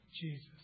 Jesus